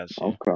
Okay